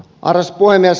arvoisa puhemies